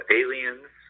aliens